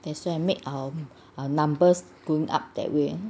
that's why make our numbers going up that way